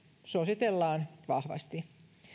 suositellaan vahvasti